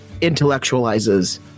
intellectualizes